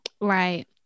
right